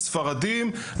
ספרדים,